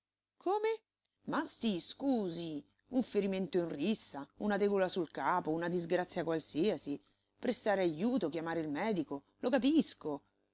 come ma sí scusi un ferimento in rissa una tegola sul sul capo una disgrazia qualsiasi prestare ajuto chiamare il medico lo capisco